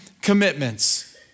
commitments